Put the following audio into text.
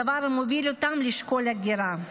דבר המוביל אותם לשקול הגירה.